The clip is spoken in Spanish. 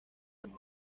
banda